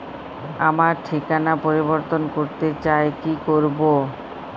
আমার ঠিকানা পরিবর্তন করতে চাই কী করব?